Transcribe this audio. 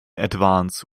advance